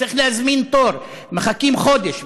שצריך להזמין תור ומחכים חודש,